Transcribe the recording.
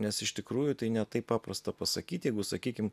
nes iš tikrųjų tai ne taip paprasta pasakyt jeigu sakykim